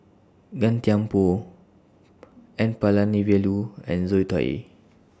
Gan Thiam Poh N Palanivelu and Zoe Tay